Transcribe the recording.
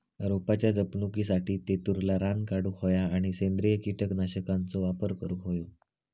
रोपाच्या जपणुकीसाठी तेतुरला रान काढूक होया आणि सेंद्रिय कीटकनाशकांचो वापर करुक होयो